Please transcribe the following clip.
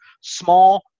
small